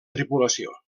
tripulació